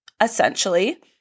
essentially